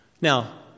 Now